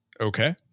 Okay